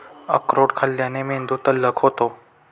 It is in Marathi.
अक्रोड खाल्ल्याने मेंदू तल्लख होतो